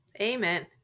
Amen